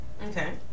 okay